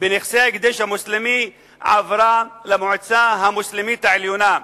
בנכסי ההקדש המוסלמי עברה למועצה המוסלמית העליונה.